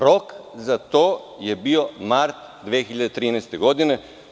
Rok za to je bio mart 2013. godine.